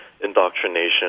indoctrination